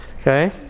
okay